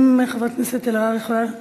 האם חברת הכנסת אלהרר יכולה,